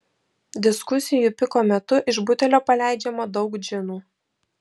diskusijų piko metu iš butelio paleidžiama daug džinų